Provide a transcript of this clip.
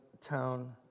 town